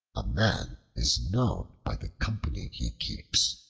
a man is known by the company he keeps.